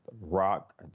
rock